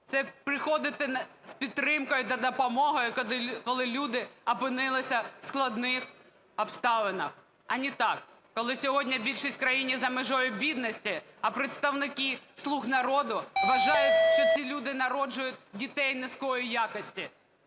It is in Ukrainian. це приходити з підтримкою та за допомогою, коли люди опинилися в складних обставинах. А не так, коли сьогодні більшість в країні за межею бідності, а представники "слуг народу" вважають, що ці люди народжують дітей низької якості.